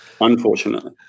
Unfortunately